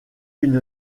une